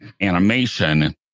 animation